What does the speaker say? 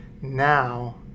now